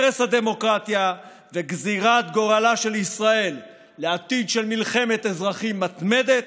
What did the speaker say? הרס הדמוקרטיה וגזירת גורלה של ישראל לעתיד של מלחמת אזרחים מתמדת,